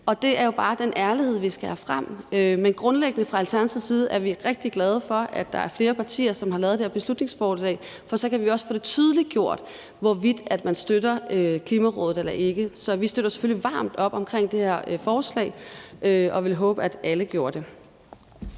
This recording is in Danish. Det er jo bare den ærlighed, vi skal have frem. Men grundlæggende er vi fra Alternativets side rigtig glade for, at der er flere partier, som har lavet det her beslutningsforslag, for så kan vi også få tydeliggjort, hvorvidt man støtter Klimarådet eller ikke. Så vi støtter selvfølgelig varmt op omkring det her forslag og ville håbe, at alle gjorde det.